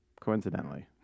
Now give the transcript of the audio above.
coincidentally